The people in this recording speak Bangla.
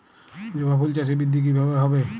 জবা ফুল চাষে বৃদ্ধি কিভাবে হবে?